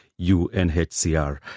UNHCR